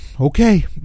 okay